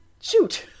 shoot